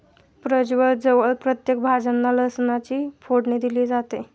प्रजवळ जवळ प्रत्येक भाज्यांना लसणाची फोडणी दिली जाते